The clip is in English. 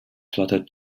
fluttered